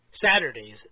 Saturdays